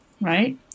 right